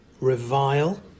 revile